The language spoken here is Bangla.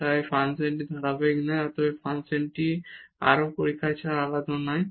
সুতরাং ফাংশনটি ধারাবাহিক নয় এবং অতএব ফাংশনটি আরও পরীক্ষা ছাড়াই আলাদা নয়